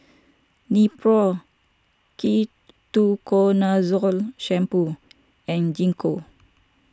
Nepro Ketoconazole Shampoo and Gingko